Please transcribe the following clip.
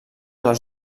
les